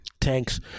Tanks